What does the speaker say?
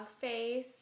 face